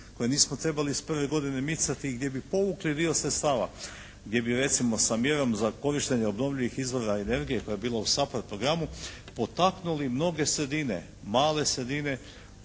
koje nismo trebali iz prve godine micati i gdje bi povukli dio sredstava. Gdje bi recimo sa mjerom za korištenje obnovljivih izvora energije koja je bila u SAPARD programu potaknuli mnoge sredine, male sredine